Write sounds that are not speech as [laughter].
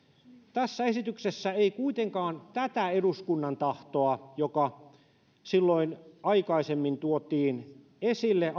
tässä esityksessä tätä eduskunnan tahtoa alueellisesta porrastuksesta joka silloin aikaisemmin tuotiin esille [unintelligible]